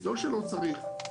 לא שלא צריך,